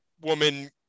woman